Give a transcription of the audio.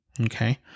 Okay